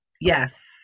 yes